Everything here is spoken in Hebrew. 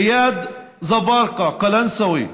איאד זבארגה, קלנסווה,